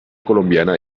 colombiana